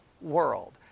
world